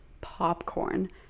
popcorn